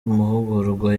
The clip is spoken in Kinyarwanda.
mahugurwa